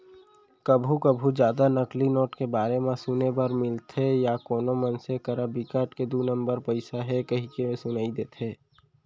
कभू कभू जादा नकली नोट के बारे म सुने बर मिलथे या कोनो मनसे करा बिकट के दू नंबर पइसा हे कहिके सुनई देथे